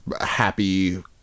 happy